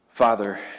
Father